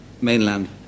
mainland